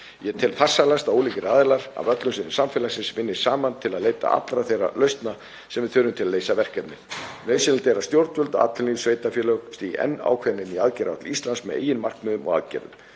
Ég tel farsælast að ólíkir aðilar af öllum sviðum samfélagsins vinni saman til að leita allra þeirra lausna sem við þurfum til að leysa verkefnið. Nauðsynlegt er að stjórnvöld, atvinnulíf og sveitarfélög stígi enn ákveðnari inn í aðgerðaáætlun Íslands með eigin markmiðum og aðgerðum.